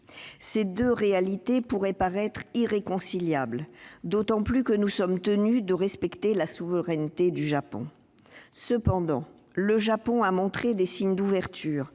Ces deux réalités pourraient paraître irréconciliables, d'autant plus que nous sommes tenus de respecter la souveraineté du Japon. Cependant, le Japon a montré des signes d'ouverture.